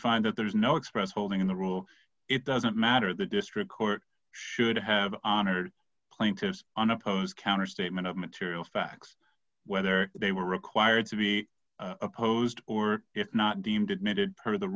find that there is no express holding in the rule it doesn't matter the district court should have honored plaintiffs unopposed counter statement of material facts whether they were required to be opposed or if not deemed admitted p